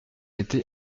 été